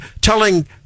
telling